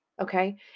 Okay